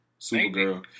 Supergirl